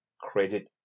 credit